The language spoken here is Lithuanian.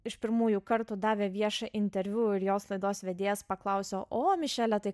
iš pirmųjų kartų davė viešą interviu ir jos laidos vedėjas paklausė o mišele tai